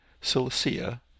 Cilicia